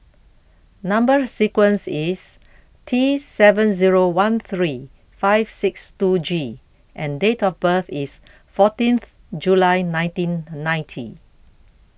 Number Sequence is T seven zero one three five six two G and date of birth is fourteenth July nineteen ninety